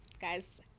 guys